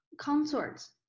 consorts